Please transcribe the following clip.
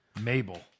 Mabel